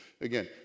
again